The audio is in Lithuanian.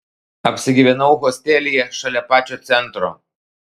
apsigyvenau hostelyje šalia pačio centro